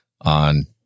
on